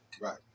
Right